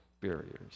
barriers